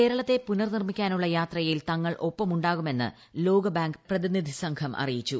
കേരളത്തെ പുനർ നിർമ്മിക്കാനുള്ള യാത്രയിൽ തങ്ങൾ ഒപ്പമുണ്ടാവുമെന്ന് ലോകബാങ്ക് പ്രതിനിധി സംഘം അറിയിച്ചു